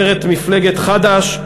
אומרת מפלגת חד"ש,